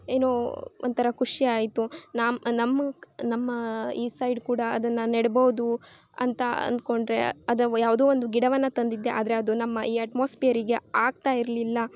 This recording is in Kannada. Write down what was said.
ಏನೋ ಒಂಥರ ಖುಷಿ ಆಯಿತು ನಾವು ನಮ್ಮ ನಮ್ಮ ಈ ಸೈಡ್ ಕೂಡ ಅದನ್ನು ನೆಡ್ಬೋದು ಅಂತ ಅಂದ್ಕೊಂಡ್ರೆ ಅದ ಯಾವುದೋ ಒಂದು ಗಿಡವನ್ನು ತಂದಿದ್ದೆ ಆದರೆ ಅದು ನಮ್ಮ ಈ ಅಟ್ಮೋಸ್ಪಿಯರಿಗೆ ಆಗ್ತಾ ಇರಲಿಲ್ಲ